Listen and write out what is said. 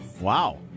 wow